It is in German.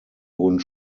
wurden